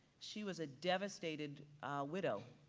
she was a devastated widow.